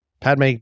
Padme